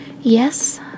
Yes